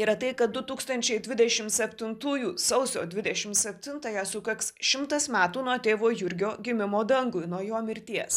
yra tai kad du tūkstančiai dvidešim septintųjų sausio dvidešim septintąją sukaks šimtas metų nuo tėvo jurgio gimimo dangui nuo jo mirties